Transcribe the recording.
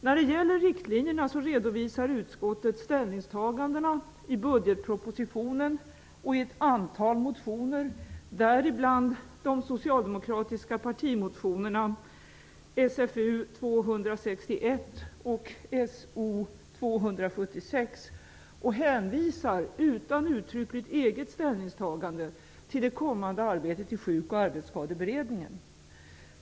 När det gäller riktlinjerna redovisar utskottet ställningstagandena i budgetpropositionen och i ett antal motioner -- däribland de socialdemokratiska partimotionerna Sf261 och So276 -- och hänvisar, utan uttryckligt eget ställningstagande, till det kommande arbetet i Sjuk och arbetsskadeberedningen.